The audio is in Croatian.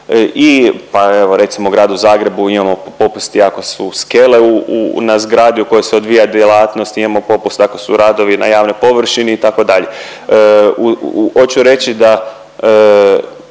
i, pa evo recimo u Gradu Zagrebu imamo popuste ako su skele u, na zgradi u kojoj se odvija djelatnost, imamo popuste ako su radovi na javnoj površini itd..